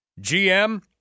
GM